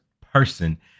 person